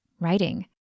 writing